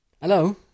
Hello